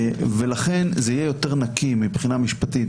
לכן זה יהיה יותר נקי מבחינה משפטית,